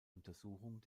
untersuchung